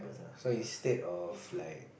so instead of like